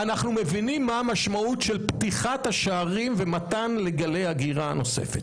אנחנו מבינים מה המשמעות של פתיחת השערים ומתן כניסה לגלי הגירה נוספים.